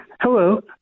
Hello